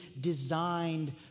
designed